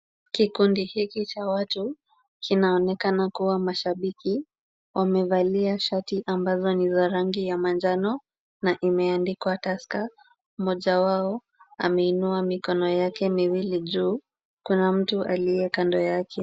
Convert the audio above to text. Kikundi hiki cha watu kinaonekana kuwa mashabiki wamevalia shati ambazo ni za rangi ya manjano na imeandikwa Tusker. Mmoja wao ameinua mikono yake miwili juu, kuna mtu aliye kando yake.